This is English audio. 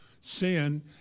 sin